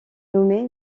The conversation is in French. nommé